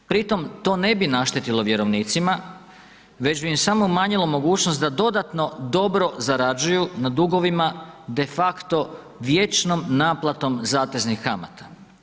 Pri tom to ne bi naštetilo vjerovnicima, već bi im samo umanjilo mogućnost da dodatno dobro zarađuju na dugovima de facto vječnom naplatom zateznih kamata.